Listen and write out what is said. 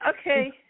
Okay